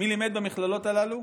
מי לימד במכללות הללו?